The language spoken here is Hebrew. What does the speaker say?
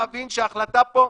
את ההחלטה הזאת.